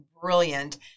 brilliant